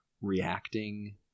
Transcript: reacting